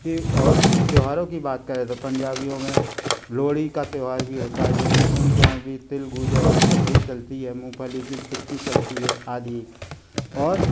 और त्योहारों की बात करें तो पंजाबियों में लोहड़ी का त्यौहार भी होता है जो कि उनके यहाँ भी तिल गूजर की पपड़ी चलती है मूंगफली की चिक्की चलती है आदि और